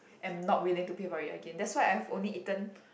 and not willing to pay for it again that's why I have only eaten